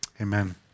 Amen